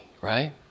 right